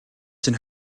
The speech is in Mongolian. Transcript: чинь